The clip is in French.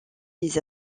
des